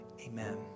amen